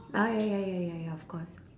ah ya ya ya ya ya of course